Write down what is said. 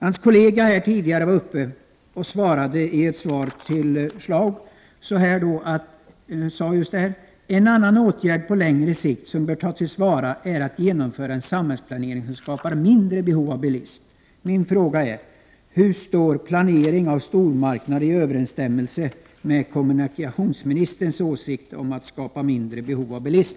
Hans kollega sade tidigare i ett svar på en fråga från Schlaug: ”En annan åtgärd på längre sikt som bör tas till vara är att genomföra en samhällsplanering som skapar mindre behov av bilismen.” Min fråga är: Hur kan planering av stormarknader vara i överensstämmelse med kommunikationsministerns önskemål om att det blir mindre behov av bilism?